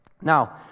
Now